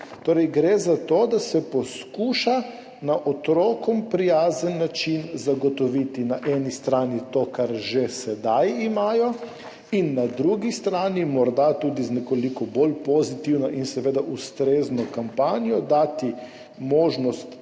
Torej gre za to, da se poskuša na otrokom prijazen način zagotoviti na eni strani to, kar že sedaj imajo, in na drugi strani morda tudi z nekoliko bolj pozitivno in seveda ustrezno kampanjo dati možnost